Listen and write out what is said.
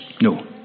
No